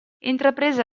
intraprese